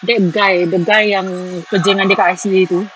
that guy the guy yang kerja dengan dia kat I_C_A tu